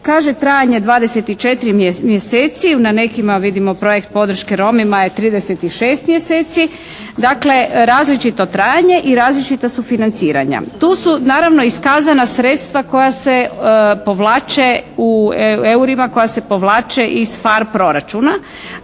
trajanje 24 mjeseci, na nekima vidimo projekt podrške Romima je 36 mjeseci. Dakle, različito trajanje i različita su financiranja. Tu su naravno iskazana sredstva u eurima koja se povlače iz PHARE proračuna.